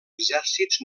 exèrcits